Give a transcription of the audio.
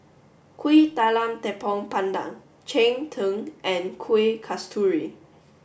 Kuih Talam Tepong Pandan Cheng Tng and Kuih Kasturi